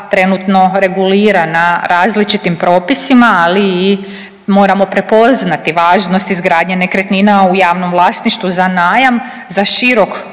trenutno regulirana različitim propisima, ali i moramo prepoznati važnost izgradnje nekretnina u javnom vlasništvu za najam za širok